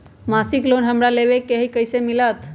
मासिक लोन हमरा लेवे के हई कैसे मिलत?